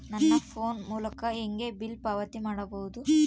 ನನ್ನ ಫೋನ್ ಮೂಲಕ ಹೇಗೆ ಬಿಲ್ ಪಾವತಿ ಮಾಡಬಹುದು?